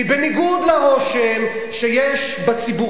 כי בניגוד לרושם שיש בציבור,